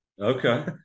Okay